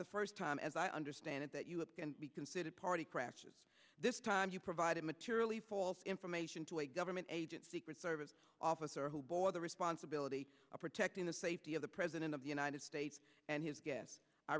the first time as i understand it that you can be considered party crashes this time you provided materially false information to a government agent secret service officer who bore the responsibility of protecting the safety of the president of the united states and his g